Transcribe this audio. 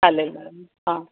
चालेल मॅडम हां